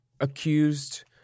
accused